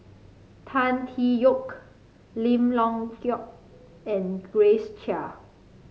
Tan Tee Yoke Lim Leong Geok and Grace Chia